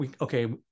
Okay